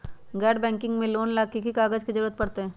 गैर बैंकिंग से लोन ला की की कागज के जरूरत पड़तै?